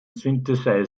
synthesizer